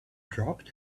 dropped